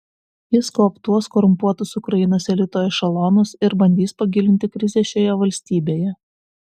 jis kooptuos korumpuotus ukrainos elito ešelonus ir bandys pagilinti krizę šioje valstybėje